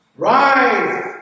Rise